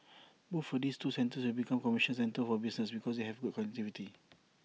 both for these two centres will become commercial centres for business because they have good connectivity